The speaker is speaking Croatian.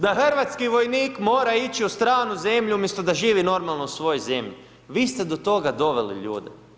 Da Hrvatski vojnik mora ići u stranu zemlju umjesto da živi normalno u svojoj zemlji, vi ste do toga doveli ljude.